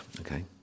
Okay